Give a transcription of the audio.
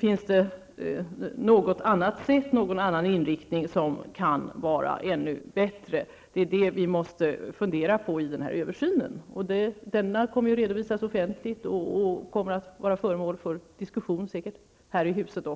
bör se över om det finns något annat sätt eller någon annan inriktning som är ännu bättre. Vi måste fundera på detta i översynen. Översynen kommer att redovisas offentligt, och den kommer säkert att vara föremål för diskussion, även här i huset.